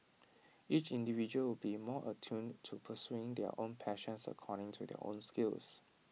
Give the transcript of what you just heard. each individual will be more attuned to pursuing their own passions according to their own skills